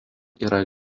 yra